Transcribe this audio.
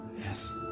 Yes